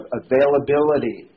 availability